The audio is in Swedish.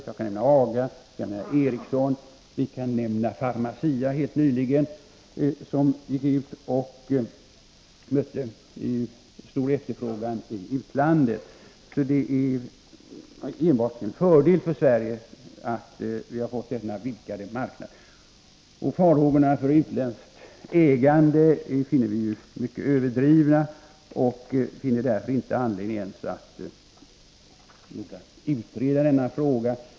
Jag kan nämna AGA, Ericsson och Pharmacia, som helt nyligen gick ut och mötte stor efterfrågan i utlandet. Det är enbart till fördel för Sverige att vi har fått denna vidgade marknad. Farhågorna när det gäller utländskt ägande finner vi mycket överdrivna och finner därför inte heller anledning att ens låta utreda denna fråga.